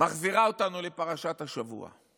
מחזירה אותנו לפרשת השבוע.